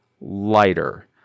lighter